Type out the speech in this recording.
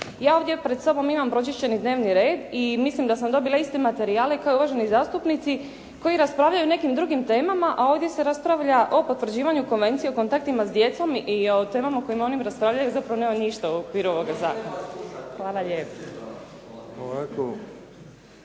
Ja ovdje pred sobom imam pročišćeni dnevni red i mislim da sam dobila iste materijale kao i uvaženi zastupnici koji raspravljaju o nekim drugim temama a ovdje se raspravlja o potvrđivanju Konvencije o kontaktima s djecom i o temama o kojima oni raspravljaju zapravo nema ništa u okviru ovoga zakona. … /Upadica